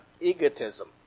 egotism